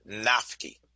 nafki